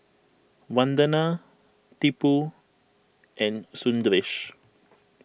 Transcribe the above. Vandana Tipu and Sundaresh